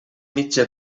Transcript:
mitja